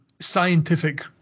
scientific